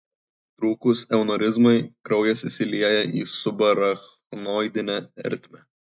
trūkus aneurizmai kraujas išsilieja į subarachnoidinę ertmę